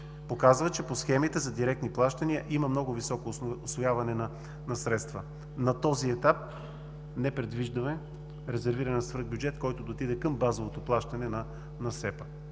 показва, че по схемите за директни плащания има много високо усвояване на средства. На този етап не предвиждаме резервиран свръхбюджет, който да отиде към базовото плащане на СЕП-а,